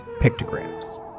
pictograms